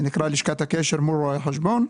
זה נקרא לשכת הקשר מול רואי חשבון.